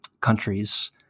countries